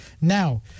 Now